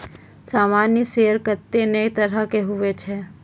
सामान्य शेयर कत्ते ने तरह के हुवै छै